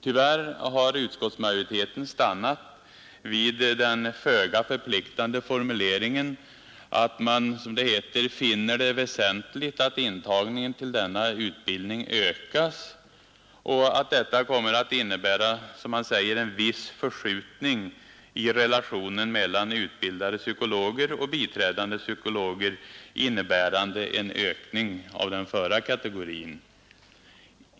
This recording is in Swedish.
Tyvärr har utskottsmajoriteten stannat vid den föga förpliktande formuleringen, att man, som det heter, finner det ”väsentligt att intagningen till denna utbildning ökas” och att detta kommer att innebära ”en viss förskjutning i relationen mellan utbildade psykologer och biträdande psykologer innebärande en ökning av den förra kategorin”.